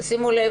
שימו לב,